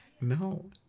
No